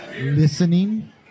listening